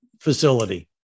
facility